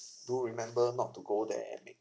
do remember not to go there and make